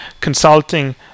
consulting